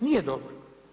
Nije dobro.